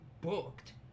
booked